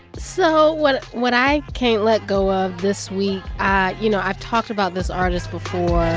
so what what i can't let go of this week you know, i've talked about this artist before